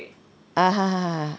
ah ha